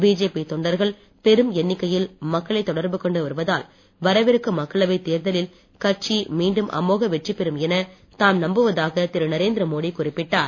BJP தொண்டர்கள் பெரும் எண்ணிக்கையில் மக்களைத் தொடர்பு கொண்டு வருவதால் வரவிருக்கும் மக்களவைத் தேர்தலில் கட்சி மீண்டும் அமோக வெற்றி பெறும் எனத் தாம் நம்புவதாக திரு நரேந்திர மோடி குறிப்பிட்டார்